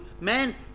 man